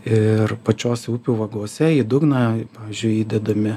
ir pačiose upių vagose į dugną pavyzdžiui įdedami